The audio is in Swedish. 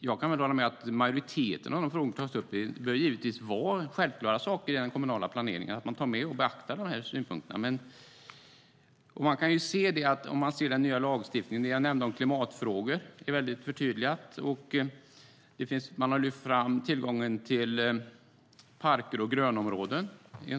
Jag kan hålla med om att majoriteten av de frågor som man tar upp är sådant som det bör vara självklart att man tar med och beaktar i den kommunala planeringen. I den nya lagstiftningen är klimatfrågorna förtydligade. Man har lyft fram tillgången till parker och grönområden.